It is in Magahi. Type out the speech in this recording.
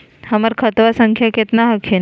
हमर खतवा संख्या केतना हखिन?